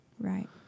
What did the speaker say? Right